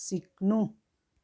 सिक्नु